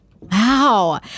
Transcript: Wow